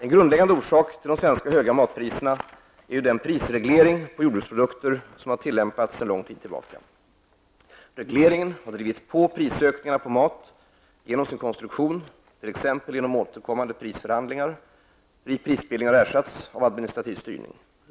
En grundläggande orsak till de höga svenska matpriserna är den prisreglering på jordbruksprodukter som tillämpats sedan lång tid tillbaka. Regleringen har drivit på prisökningarna på mat genom sin konstruktion, t.ex. genom återkommande prisförhandlingar -- fri prisbildning har ersatts av administrativ styrning.